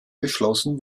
beschlossen